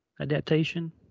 adaptation